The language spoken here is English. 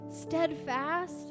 steadfast